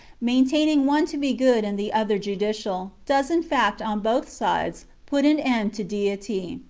maintaining one to be good and the other judicial, does in fact, on both sides, put an end to deity.